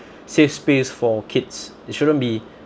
safe space for kids it shouldn't be